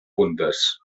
puntes